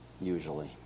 usually